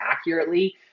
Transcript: accurately